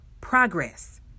progress